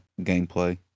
gameplay